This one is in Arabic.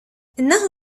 إنه